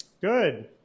Good